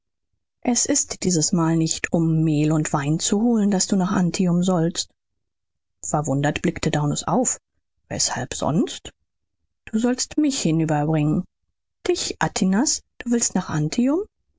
es ist dieses mal nicht um mehl und wein zu holen daß du nach antium sollst verwundert blickte daunus auf weßhalb sonst du sollst mich hinüberbringen dich atinas du willst nach